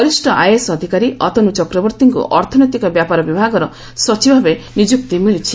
ବରିଷ୍ଣ ଆଇଏଏସ୍ ଅଧିକାରୀ ଅତନୁ ଚକ୍ରବର୍ତ୍ତୀଙ୍କୁ ଅର୍ଥନୈତିକ ବ୍ୟାପାର ବିଭାଗର ସଚିବ ଭାବେ ନିଯୁକ୍ତି ମିଳିଛି